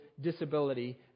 disability